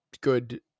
Good